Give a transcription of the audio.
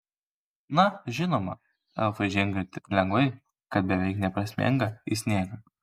na žinoma elfai žengia taip lengvai kad beveik neprasmenga į sniegą